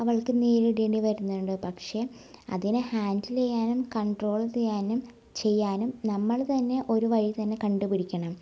അവൾക്ക് നേരിടേണ്ടി വരുന്നുണ്ട് പക്ഷേ അതിനെ ഹാൻഡിൽ ചെയ്യാനും കണ്ട്രോൾ ചെയ്യാനും ചെയ്യാനും നമ്മൾ തന്നെ ഒരു വഴി തന്നെ കണ്ടു പിടിക്കണം